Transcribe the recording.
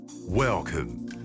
Welcome